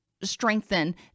strengthen